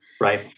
right